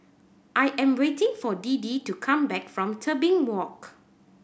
I am waiting for Deedee to come back from Tebing Walk